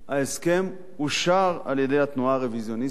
ההסכם אושר על-ידי התנועה הרוויזיוניסטית,